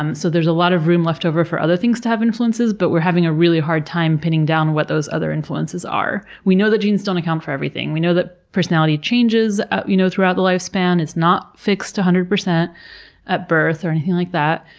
um so there's a lot of room left over for other things to have influences, but we're having a really hard time pinning down what those other influences are. we know that genes don't account for everything. we know that personality changes ah you know throughout the lifespan, it's not fixed one hundred percent at birth or anything like that.